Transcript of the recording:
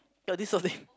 ya this was lame